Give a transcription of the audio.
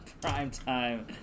primetime